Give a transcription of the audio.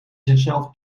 zichzelf